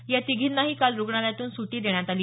या तिघींनाही काल रुग्णालयातून सुटी देण्यात आली